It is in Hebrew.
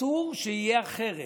אסור שיהיה אחרת.